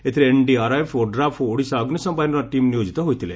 ଏଥିରେ NDRF ODRAF ଓ ଓଡ଼ିଶା ଅଗୁଶମ ବାହିନୀର ଟିମ୍ ନିୟୋକିତ ହୋଇଥିଲେ